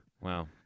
Wow